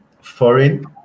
foreign